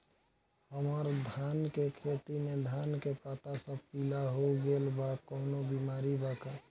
हमर धान के खेती में धान के पता सब पीला हो गेल बा कवनों बिमारी बा का?